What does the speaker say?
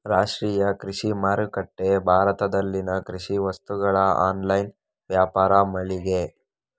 ರಾಷ್ಟ್ರೀಯ ಕೃಷಿ ಮಾರುಕಟ್ಟೆ ಭಾರತದಲ್ಲಿನ ಕೃಷಿ ವಸ್ತುಗಳ ಆನ್ಲೈನ್ ವ್ಯಾಪಾರ ಮಳಿಗೆ